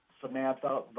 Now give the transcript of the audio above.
Samantha